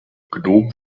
gnom